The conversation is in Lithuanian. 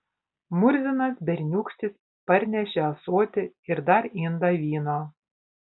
murzinas berniūkštis parnešė ąsotį ir dar indą vyno